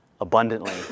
abundantly